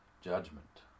judgment